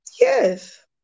Yes